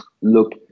look